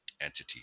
entity